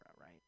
right